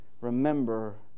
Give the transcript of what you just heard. remember